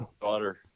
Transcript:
daughter